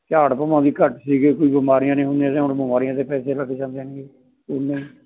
ਝਾੜ ਭਵਾਂ ਦੀ ਘੱਟ ਸੀਗੇ ਕੋਈ ਬਿਮਾਰੀਆਂ ਨਹੀਂ ਹੁੰਦੀਆਂ ਸੀ ਹੁਣ ਬਿਮਾਰੀਆਂ 'ਤੇ ਪੈਸੇ ਲੱਗ ਜਾਂਦੇ ਨੇਗੇ ਓਨੇ